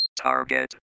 Target